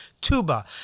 tuba